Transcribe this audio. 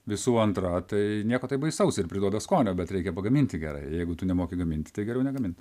visų antra tai nieko tai baisaus ir priduoda skonio bet reikia pagaminti gerai jeigu tu nemoki gaminti tai geriau negamint